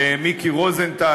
למיקי רוזנטל.